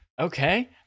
Okay